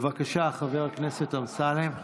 זה נועד, בבקשה, חבר הכנסת אמסלם.